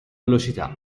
velocità